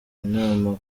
inama